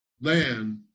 land